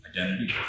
identity